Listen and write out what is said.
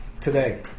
today